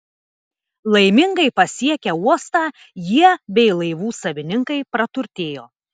laimingai pasiekę uostą jie bei laivų savininkai praturtėjo